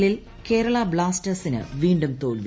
എല്ലിൽ കേരളാ ബ്ലാസ്റ്റേഴ്സിന് വീണ്ടും തോൽവി